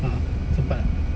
a'ah sempat tak